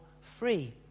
free